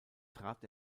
trat